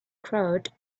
crowd